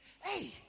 hey